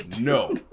No